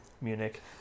Munich